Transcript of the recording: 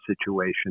situation